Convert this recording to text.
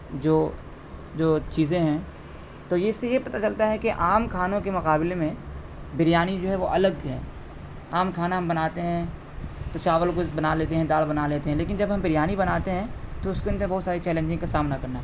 جو جو چیزیں ہیں تو اس سے یہ پتا چلتا ہے کہ عام کھانوں کے مقابلے میں بریانی جو ہے وہ الگ ہے عام کھانا ہم بناتے ہیں تو چاول گوشت بنا لیتے ہیں دال بنا لیتے ہیں لیکن جب ہم بریانی بناتے ہیں تو اس کے اندر بہت سارے چیلنجنگ کا سامنا کرنا